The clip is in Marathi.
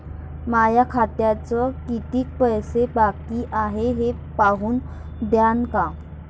माया खात्यात कितीक पैसे बाकी हाय हे पाहून द्यान का?